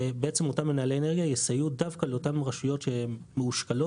ואותם מנהלי אנרגיה יסייעו דווקא לאותן רשויות מאושכלות,